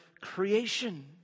creation